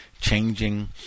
changing